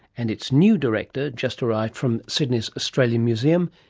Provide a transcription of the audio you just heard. and its new director, just arrived from sydney's australian museum,